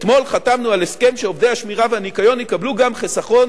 אתמול חתמנו על הסכם שעובדי השמירה והניקיון יקבלו גם חיסכון